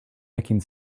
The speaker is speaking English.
nicking